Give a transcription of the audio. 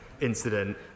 incident